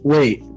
Wait